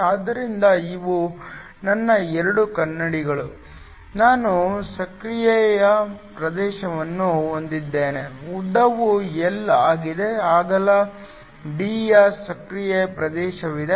ಆದ್ದರಿಂದ ಇವು ನನ್ನ 2 ಕನ್ನಡಿಗಳು ನಾನು ಸಕ್ರಿಯ ಪ್ರದೇಶವನ್ನು ಹೊಂದಿದ್ದೇನೆ ಉದ್ದವು L ಆಗಿದೆ ಅಗಲ d ಯ ಸಕ್ರಿಯ ಪ್ರದೇಶವಿದೆ